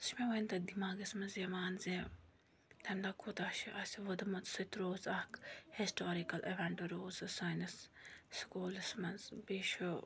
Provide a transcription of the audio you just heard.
سُہ چھُ مےٚ وُنہِ تہِ دیٚماغَس منٛز یِوان زِ تَمہِ دۄہ کوٗتاہ چھُ اسہِ ووٚدمُت سُہ تہِ روٗز اَکھ ہِسٹارِکَل اِویٚنٛٹ روٗز سۄ سٲنِس سکوٗلَس منٛز بیٚیہِ چھُ